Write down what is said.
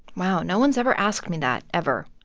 wow. no one's ever asked me that ever.